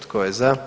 Tko je za?